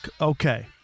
Okay